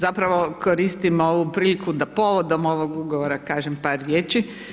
Zapravo koristim ovu priliku da povodom ovog ugovora kažem par riječi.